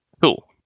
Cool